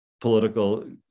political